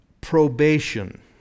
probation